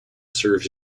serves